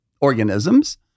organisms